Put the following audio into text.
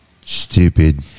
Stupid